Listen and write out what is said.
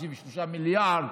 53 מיליארד,